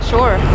Sure